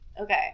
okay